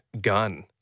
gun